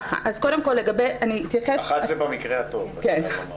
13:00 זה במקרה הטוב.